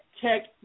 Tech